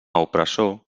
opressor